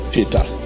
Peter